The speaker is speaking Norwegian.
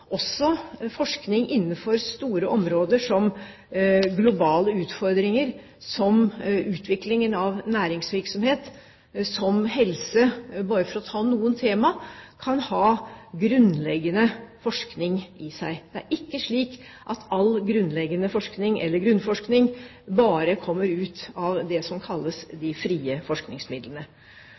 også forskning innenfor store områder som globale utfordringer, som utviklingen av næringsvirksomhet, som helse – bare for å ta noen temaer – kan ha grunnleggende forskning i seg. Det er ikke slik at all grunnleggende forskning, eller grunnforskning, bare kommer ut av det som kalles de frie forskningsmidlene.